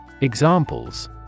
Examples